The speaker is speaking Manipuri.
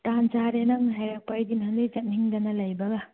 ꯇꯥꯟ ꯆꯥꯔꯦ ꯅꯪꯅ ꯍꯥꯏꯔꯛꯄ ꯑꯩꯗꯤ ꯅꯍꯥꯟꯗꯒꯤ ꯆꯠꯅꯤꯡꯗꯅ ꯂꯩꯕꯒ